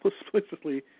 explicitly